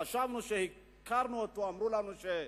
חשבנו שהכרנו אותו, אמרו לנו שהוא